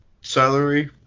salary